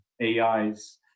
ai's